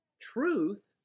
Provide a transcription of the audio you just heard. truth